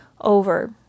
over